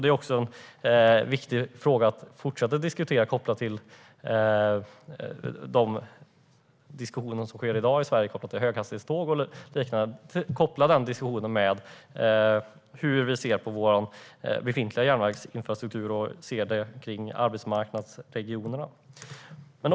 Detta är något att fortsätta tala om i samband med de diskussioner som i dag förs i Sverige om höghastighetståg och liknande. Det är viktigt att koppla den diskussionen till hur vi ser på vår befintliga järnvägsinfrastruktur och arbetsmarknadsregionerna.